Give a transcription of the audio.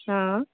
हँ